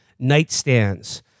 nightstands